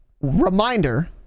reminder